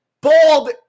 bald